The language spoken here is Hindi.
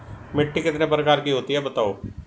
मिट्टी कितने प्रकार की होती हैं बताओ?